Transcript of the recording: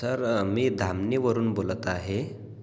sir मी धामनीवरून बोलत आहे